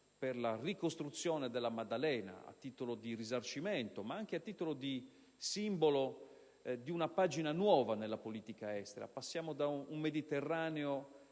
per la ricostruzione de La Maddalena a titolo di risarcimento, ma anche a titolo di simbolo di una pagina nuova nella politica estera, per passare da un Mediterraneo